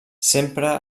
sempre